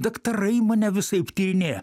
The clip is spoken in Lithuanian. daktarai mane visaip tyrinėja